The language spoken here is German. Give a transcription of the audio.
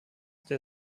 der